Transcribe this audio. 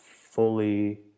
fully